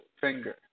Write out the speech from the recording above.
finger